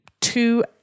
two